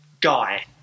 guy